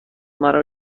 مرا